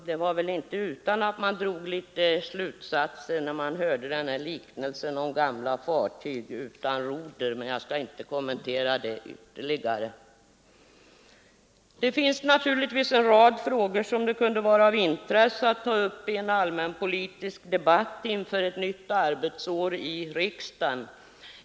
Det var väl inte heller utan att man drog en del slutsatser, när herr Lorentzon tog liknelsen om gamla fartyg utan roder, men den saken skall jag inte kommentera ytterligare. Naturligtvis finns det en rad frågor som det kunde vara av intresse att ta upp i en allmänpolitisk debatt inför ett nytt arbetsår i riksdagen.